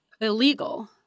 illegal